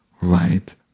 right